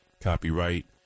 copyright